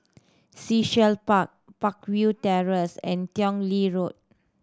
Sea Shell Park Peakville Terrace and Tong Lee Road